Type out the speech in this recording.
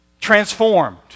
transformed